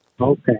Okay